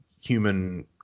human